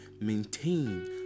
maintain